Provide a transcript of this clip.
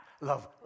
love